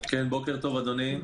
בוקר טוב, אדוני,